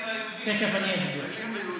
תכף אני אסביר.